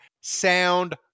sound